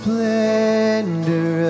Splendor